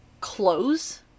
clothes